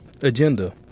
agenda